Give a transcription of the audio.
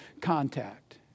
contact